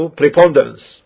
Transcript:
preponderance